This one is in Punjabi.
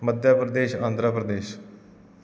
ਮੱਧਿਆ ਪ੍ਰਦੇਸ਼ ਆਂਧਰਾ ਪ੍ਰਦੇਸ਼